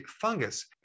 fungus